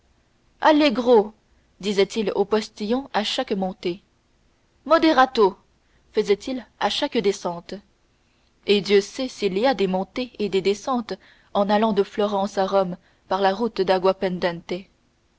allegro disait-il aux postillons à chaque montée moderato faisait-il à chaque descente et dieu sait s'il y a des montées et des descentes en allant de florence à rome par la route d'aquapendente